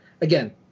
again